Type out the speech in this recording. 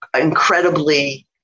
incredibly